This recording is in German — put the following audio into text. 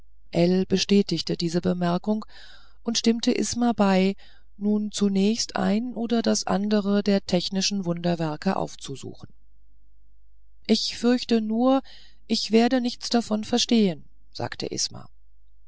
bestätigte diese bemerkung und stimmte isma bei nun zunächst ein oder das andre der technischen wunderwerke aufzusuchen ich fürchte nur ich werde nichts davon verstehen sagte isma